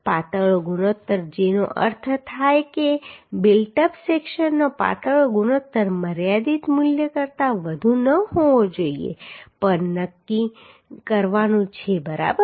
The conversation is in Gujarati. પાતળો ગુણોત્તર જેનો અર્થ થાય છે કે બિલ્ટ અપ સેક્શનનો પાતળો ગુણોત્તર મર્યાદિત મૂલ્ય કરતાં વધુ ન હોવો જોઈએ જે પણ નક્કી કરવાનું છે બરાબર